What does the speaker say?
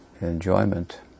enjoyment